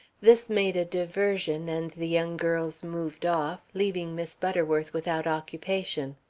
this made a diversion, and the young girls moved off, leaving miss butterworth without occupation.